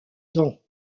dents